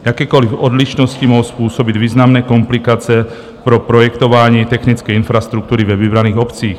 Jakékoliv odlišnosti mohou způsobit významné komplikace pro projektování technické infrastruktury ve vybraných obcích.